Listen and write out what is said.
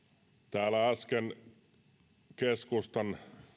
täällä äsken keskustan